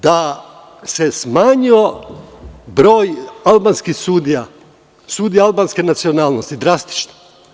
Da se smanjio broj albanskih sudija, sudija albanske nacionalnosti drastično.